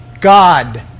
God